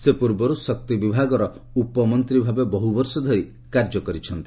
ସେ ପୂର୍ବରୁ ଶକ୍ତି ବିଭାଗର ଉପମନ୍ତ୍ରୀ ଭାବେ ବହୁ ବର୍ଷ ଧରି କାର୍ଯ୍ୟ କରୁଥିଲେ